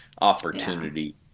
opportunity